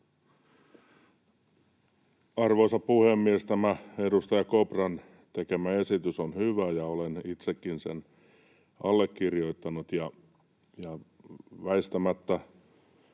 Arvoisa puhemies! Tämä edustaja Kopran tekemä esitys on hyvä, ja olen itsekin sen allekirjoittanut. Väistämättä